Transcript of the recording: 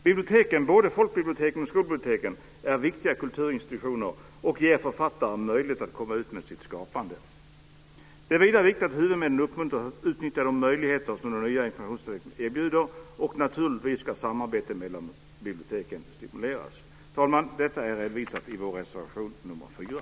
Biblioteken, både folkbiblioteken och skolbiblioteken, är viktiga kulturinstitutioner och ger författaren möjlighet komma ut med sitt skapande. Det är vidare viktigt att huvudmän uppmuntras att utnyttja de möjligheter som den nya informationstekniken erbjuder, och naturligtvis ska samarbete mellan biblioteken stimuleras. Fru talman! Detta har vi redovisat i vår reservation nr 4.